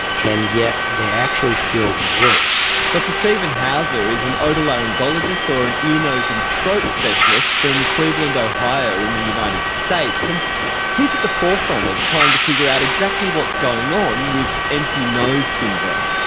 and yet they actually feel worse. dr steven houser is an otolaryngologist or an ear, nose and throat specialist from cleveland ohio in the united states, and he's at the forefront of trying to figure out exactly what's going on with empty nose syndrome.